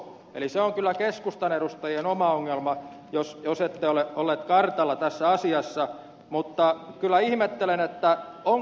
eli se on kyllä keskustan edustajien oma ongelma jos ette ole olleet kartalla tässä asiassa mutta kyllä ihmettelen että on